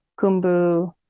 Kumbu